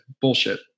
Bullshit